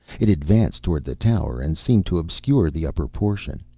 it advanced toward the tower and seemed to obscure the upper portion.